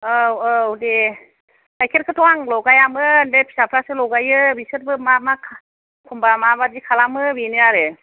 औ औ दे गायखेरखौथ' आं लगायामोन बे फिसाफ्रासो लगायो बिसोरबो मा मा खालामो एखनबा माबायदि खालामो बेनो आरो